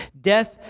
death